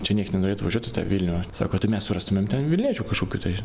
čia nieks nenorėtų važiuot į tą vilnių sako tai mes surastumėm ten vilniečių kažkokių tai